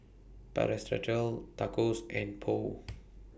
Tacos and Pho